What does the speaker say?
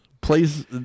Plays